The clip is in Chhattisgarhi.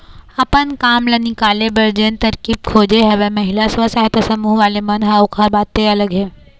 अपन काम ल निकाले बर जेन तरकीब खोजे हवय महिला स्व सहायता समूह वाले मन ह ओखर बाते अलग हे